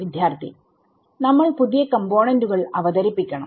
വിദ്യാർത്ഥി നമ്മൾ പുതിയ കമ്പോണെന്റുകൾഅവതരിപ്പിക്കണം